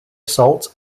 assault